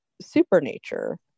Supernature